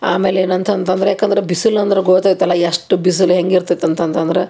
ಆಮೇಲೆ ಏನು ಅಂತಂತಂದರೆ ಯಾಕಂದರೆ ಬಿಸಿಲು ಅಂದರೆ ಗೊತ್ತೈತಲ್ಲ ಎಷ್ಟು ಬಿಸಿಲು ಹೆಂಗೆ ಇರ್ತೈತೆ ಅಂತಂತಂದರೆ